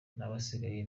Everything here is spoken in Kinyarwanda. n’abasigaye